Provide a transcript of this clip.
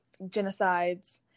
genocides